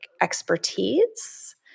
expertise